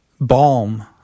balm